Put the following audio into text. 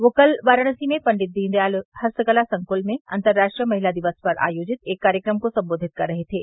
वे कल वाराणसी में पंडित दीनदयाल हस्तकला संकूल में अंतर्राष्ट्रीय महिला दिवस पर आयोजित एक कार्यक्रम को संबोधित कर रहे थे